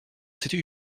c’était